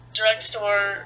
drugstore